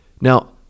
Now